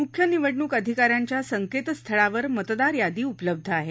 मुख्य निवडणूक अधिकाऱ्यांच्या संकेतस्थळावर मतदारयादी उपलब्ध आहे